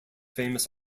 famous